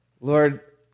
Lord